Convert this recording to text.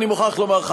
אני מוכרח לומר לך,